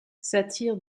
satire